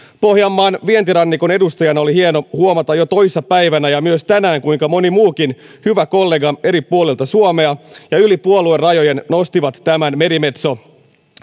pohjanmaan vientirannikon edustajana oli hieno huomata jo toissa päivänä ja myös tänään kuinka moni muukin hyvä kollega eri puolilta suomea ja yli puoluerajojen nosti tämän merimetso